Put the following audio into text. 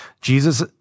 Jesus